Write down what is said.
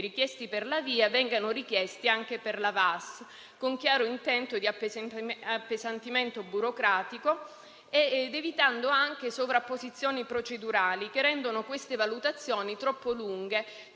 richiesti per la VIA vengano richiesti anche per la VAS (con chiaro intento di appesantimento burocratico), evitando sovrapposizioni procedurali che rendono queste valutazioni troppo lunghe